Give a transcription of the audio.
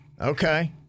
Okay